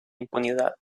impunidad